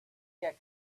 you